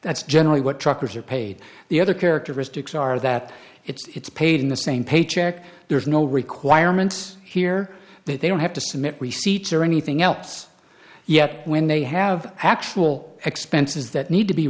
that's generally what truckers are paid the other characteristics are that it's paid in the same paycheck there is no requirements here that they don't have to submit receipts or anything else yet when they have actual expenses that need to be